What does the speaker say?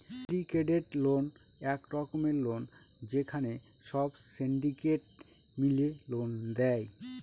syndicated loan এক রকমের loan যেখানে সব সিন্ডিকেট মিলে লোন দেয়